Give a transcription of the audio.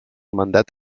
mandat